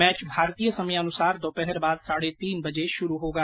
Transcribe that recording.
match भारतीय समयानुसार दोपहर बाद साढ़े तीन बजे शुरू होगा